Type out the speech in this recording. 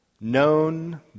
Known